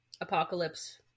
apocalypse